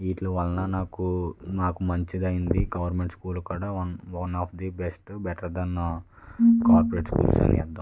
వీటి వలన నాకు నాకు మంచిగా అయింది గవర్నమెంట్ స్కూల్ కూడా one one of the best better than corporate schools అని అర్థం